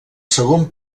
segon